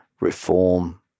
reform